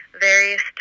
various